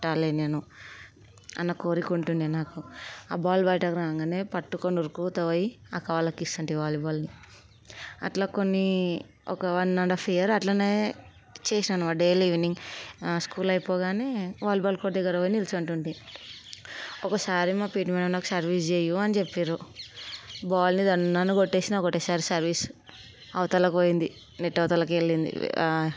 ముట్టాలి నేను అన్న కోరిక ఉంటుండే నాకు ఆ బాల్ బయటకు రాగానే పట్టుకొని ఉరుకుంటూ పోయి అక్క వాళ్ళకి ఇస్తాంటి వాలీబాల్ని అట్లా కొన్ని ఒక వన్ అండ్ హాఫ్ ఇయర్ అట్లానే చేశాను డైలీ ఈవినింగ్ స్కూల్ అయిపోగానే వాలీబాల్ కోర్టు దగ్గరికి పోయి నీల్చుంటుంటి ఒకసారి ఒకసారి మా పిటి మేడం నాకు సర్వీసు చేయు అని చెప్పారు బాల్ని దన్ అని కొట్టేసిన ఒక్కటేసారి సర్వీస్ అవతల పోయింది నెట్ అవతలకి వెళ్ళింది